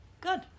Good